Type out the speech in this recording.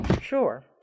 Sure